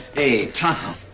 hey tom.